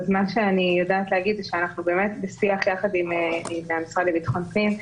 מה שאני יודעת להגיד שאנחנו בשיח יחד עם המשרד לביטחון פנים,